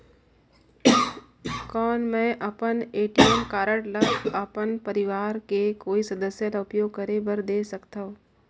कौन मैं अपन ए.टी.एम कारड ल अपन परवार के कोई सदस्य ल उपयोग करे बर दे सकथव?